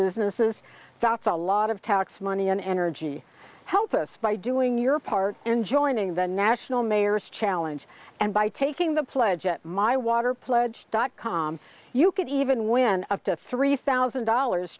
businesses that's a lot of tax money and energy help us by doing your part and joining the national mayor's challenge and by taking the pledge at my water pledge dot com you can even wind up to three thousand dollars